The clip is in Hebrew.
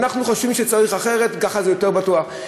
אנחנו חושבים שצריך אחרת, ככה זה יותר בטוח.